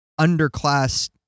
underclass